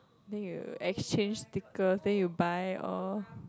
think you exchange stickers then you buy all